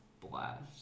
blast